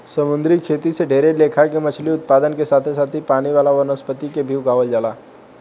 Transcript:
समुंद्री खेती से ढेरे लेखा के मछली उत्पादन के साथे साथे पानी वाला वनस्पति के भी उगावल जाला